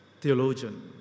theologian